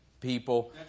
people